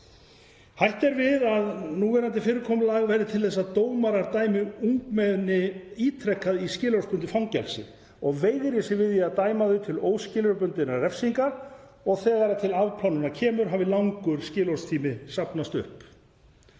Hætt er við því að núverandi fyrirkomulag verði til þess að dómarar dæmi ungmenni ítrekað í skilorðsbundið fangelsi og veigri sér við því að dæma þau til óskilorðsbundinnar refsingar og þegar til afplánunar kemur hafi langur skilorðstími safnast upp.